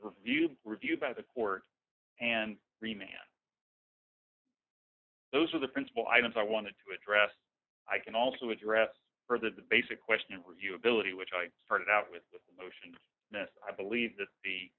review review by the court and three man those are the principal items i wanted to address i can also address for the basic question review ability which i started out with the motion i believe that the